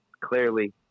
clearly